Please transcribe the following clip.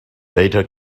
later